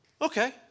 okay